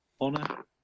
Honor